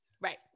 Right